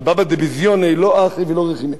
על בבא דבזיוני לא אחי ולא רחימי.